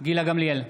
גילה גמליאל,